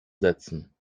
setzen